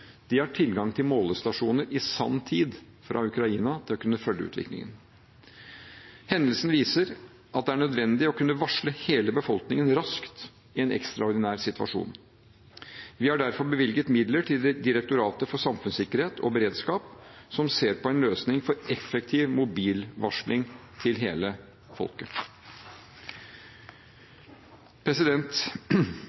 De har tilgang til målestasjoner i sanntid fra Ukraina for å kunne følge utviklingen. Hendelsen viser at det er nødvendig å kunne varsle hele befolkningen raskt i en ekstraordinær situasjon. Vi har derfor bevilget midler til Direktoratet for samfunnssikkerhet og beredskap, som ser på en løsning for effektiv mobilvarsling til hele